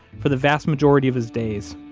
for the vast majority of his days,